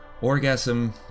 orgasm